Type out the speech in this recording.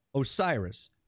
Osiris